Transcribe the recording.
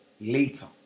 later